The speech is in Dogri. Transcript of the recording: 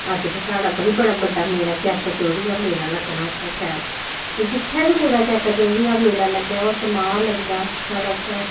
अज्ज भाई साढ़ा बड़ी बड्डा मेला चेत्तर चौदी दा मेला लग्गना इत्थै शैल जित्थै बी कुदै चेत्तर चौदी दा मेला लग्गै ओह् समाह्र लगदा साढ़े इत्थै